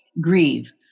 grieve